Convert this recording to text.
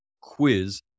quiz